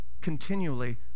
continually